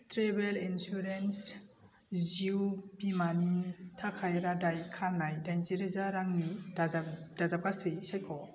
travel insurance जिउ बीमानिनि थाखाय रादाय खाखानाय दाइनजिरोजा रांनि दाजाब दाजाबगासै सायख'